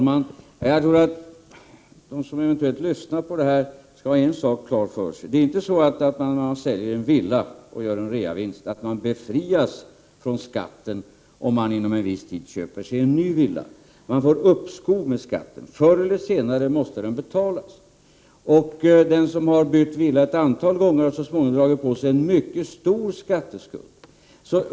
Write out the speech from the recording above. Herr talman! De som eventuellt lyssnar på denna debatt skall ha en sak klar för sig, nämligen att när man säljer en villa och gör en reavinst så befrias man inte från skatt, om man inom en viss tid köper sig en ny villa. Man får uppskov med skatten. Förr eller senare måste den betalas. Den som har bytt villa ett antal gånger har så småningom dragit på sig en mycket stor skatteskuld.